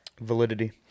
Validity